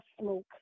smoke